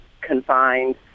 confined